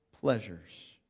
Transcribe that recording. pleasures